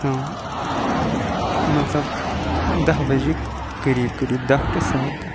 from مَطلَب داہ بجے قریب قریب داہ ٹُہ ساڑٕ داہ